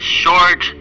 short